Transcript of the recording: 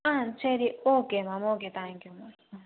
சரி okay ma'am okay thank you ma'am